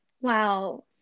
Wow